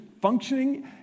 functioning